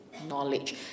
knowledge